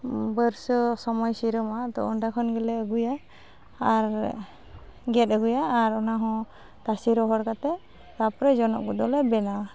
ᱵᱟᱹᱨᱥᱟᱹ ᱥᱚᱢᱚᱭ ᱥᱤᱨᱟᱹᱢᱚᱜᱼᱟ ᱛᱳ ᱚᱸᱰᱮ ᱠᱷᱚᱱᱜᱮᱞᱮ ᱟᱹᱜᱩᱭᱟ ᱟᱨ ᱜᱮᱫ ᱟᱹᱜᱩᱭᱟ ᱟᱨ ᱚᱱᱟᱦᱚᱸ ᱛᱟᱥᱮ ᱨᱚᱦᱚᱲ ᱠᱟᱛᱮᱫ ᱛᱟᱯᱚᱨᱮ ᱡᱚᱱᱚᱜ ᱠᱚᱫᱚᱞᱮ ᱵᱮᱱᱟᱣᱟ